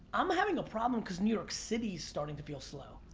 i'm having a problem because new york city is starting to feel slow.